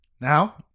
Now